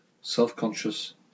self-conscious